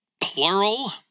plural